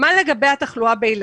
(מוקרן שקף,